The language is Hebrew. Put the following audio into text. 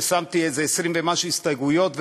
ששמתי איזה 20 ומשהו הסתייגויות,